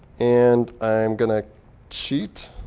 and i'm going to cheat.